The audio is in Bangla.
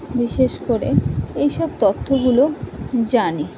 বিশেষ করে এই সব তথ্যগুলো জানি